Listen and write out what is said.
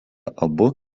abu